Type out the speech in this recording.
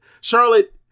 Charlotte